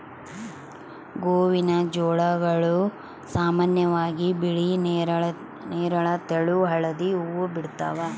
ಗೋವಿನಜೋಳಗಳು ಸಾಮಾನ್ಯವಾಗಿ ಬಿಳಿ ನೇರಳ ತೆಳು ಹಳದಿ ಹೂವು ಬಿಡ್ತವ